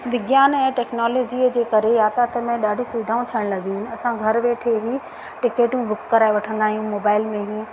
विज्ञान ऐं टैक्नोलॉजीअ जे करे यातायात में ॾाढी सुविधाऊं थियणु लॻी आहिनि असां घर वेठे ई टिकटूं बुक कराए वठंदा आहियूं मोबाइल में ई